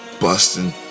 busting